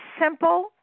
simple